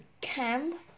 camp